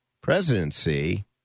presidency